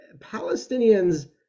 Palestinians